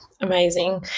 amazing